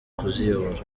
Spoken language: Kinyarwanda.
kuziyobora